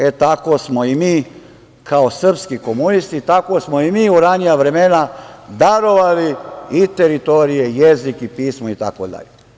E, tako smo i mi, kao srpski komunisti, tako smo i mi u ranija vremena darovali i teritorije i jezik i pismo itd.